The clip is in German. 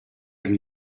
dem